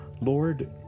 Lord